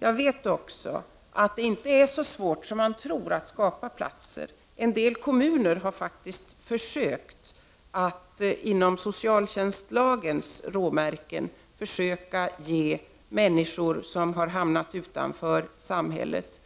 Jag vet också att det inte är så svårt som man tror att skapa platser. En del kommuner har faktiskt försökt att inom socialtjänstlagens råmärken ge människor som har hamnat utanför samhället